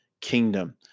kingdom